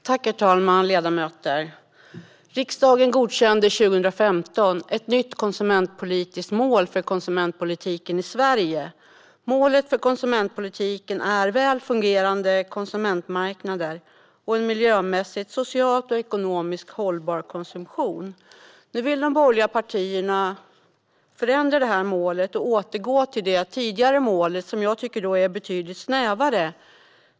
Herr talman! Ledamöter! Riksdagen godkände hösten 2015 ett nytt konsumentpolitiskt mål för konsumentpolitiken i Sverige: "Målet för konsumentpolitiken är väl fungerande konsumentmarknader och en miljömässigt, socialt och ekonomiskt hållbar konsumtion." Nu vill de borgerliga partierna återgå till det tidigare målet, som jag tycker är betydligt snävare.